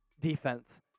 defense